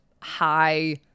high